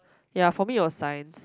ya for me was Science